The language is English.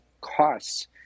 costs